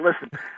listen